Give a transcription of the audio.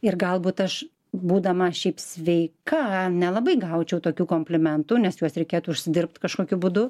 ir galbūt aš būdama šiaip sveika nelabai gaučiau tokių komplimentų nes juos reikėtų užsidirbt kažkokiu būdu